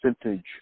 percentage